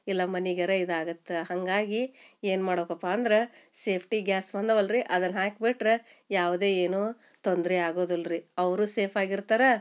ಇಲ್ಲ ಮನಿಗಾರ ಇದಾಗತ್ತೆ ಹಾಗಾಗಿ ಏನು ಮಾಡ್ಬೇಕಪ್ಪ ಅಂದ್ರೆ ಸೇಫ್ಟಿ ಗ್ಯಾಸ್ ಬಂದವಲ್ಲ ರೀ ಅದನ್ನು ಹಾಕ್ಬಿಟ್ರೆ ಯಾವುದೇ ಏನೂ ತೊಂದರೆ ಆಗೋದಿಲ್ಲ ರೀ ಅವರೂ ಸೇಫ್ ಆಗಿರ್ತಾರೆ